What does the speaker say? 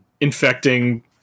infecting